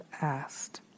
asked